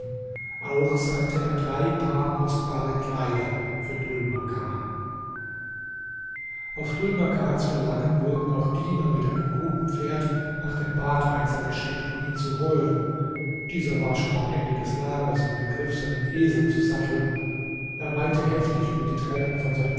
auch sandte er drei paar kostbare kleider für dhul makan auf dhul makans verlangen wurden auch diener mit einem guten pferd nach dem badheizer geschickt um ihn zu holen dieser war schon am ende des lagers im begriff seinen esel zu satteln er weinte heftig über die trennung von seinem